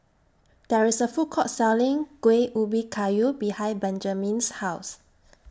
There IS A Food Court Selling Kueh Ubi Kayu behind Benjamine's House